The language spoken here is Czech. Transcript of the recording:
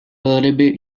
velryby